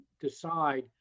decide